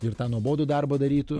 ir tą nuobodų darbą darytų